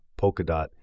Polkadot